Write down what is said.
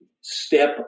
step